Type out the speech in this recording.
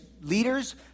leaders